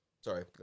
Sorry